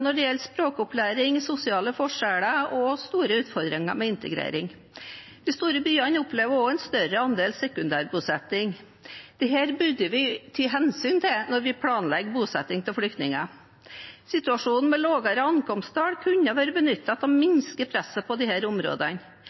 når det gjelder språkopplæring og sosiale forskjeller og har store utfordringer med integrering. De store byene opplever også en større andel sekundærbosetting. Dette burde vi ta hensyn til når vi planlegger bosetting av flyktninger. Situasjonen med lavere ankomsttall kunne vært benyttet til å minske presset på disse områdene.